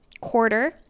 quarter